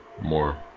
more